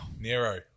Nero